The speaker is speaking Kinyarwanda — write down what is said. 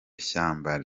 shyamba